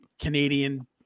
canadian